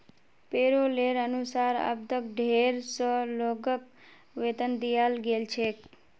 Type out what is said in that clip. पैरोलेर अनुसार अब तक डेढ़ सौ लोगक वेतन दियाल गेल छेक